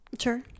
Sure